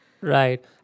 Right